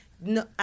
no